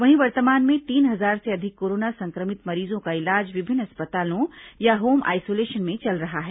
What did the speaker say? वहीं वर्तमान में तीन हजार से अधिक कोरोना संक्रमित मरीजों का इलाज विभिन्न अस्पतालों या होम आइसोलेशन में चल रहा है